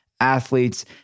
athletes